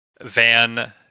Van